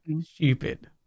stupid